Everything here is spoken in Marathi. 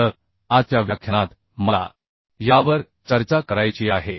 तर आजच्या व्याख्यानात मला यावर चर्चा करायची आहे